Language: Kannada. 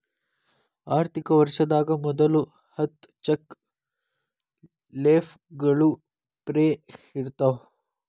ಆರ್ಥಿಕ ವರ್ಷದಾಗ ಮೊದಲ ಹತ್ತ ಚೆಕ್ ಲೇಫ್ಗಳು ಫ್ರೇ ಇರ್ತಾವ